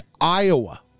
Iowa